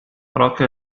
ركل